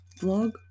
vlog